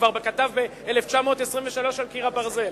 שכבר כתב ב-1923 את "על קיר הברזל".